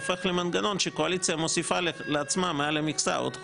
הופך להיות מנגנון שהקואליציה מוסיפה לעצמה מעל המכסה עוד חוק.